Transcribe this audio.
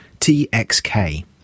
TXK